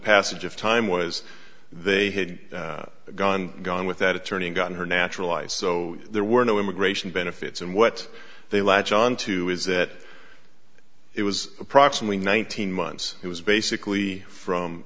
passage of time was they had gone gone with that attorney and got her naturalized so there were no immigration benefits and what they latch onto is that it was approximately nineteen months it was basically from